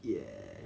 ya